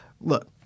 Look